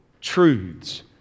truths